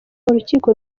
urukiko